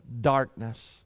darkness